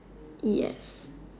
yes